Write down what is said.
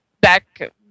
back